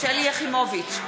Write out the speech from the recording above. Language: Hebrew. יחימוביץ,